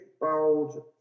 bold